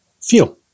feel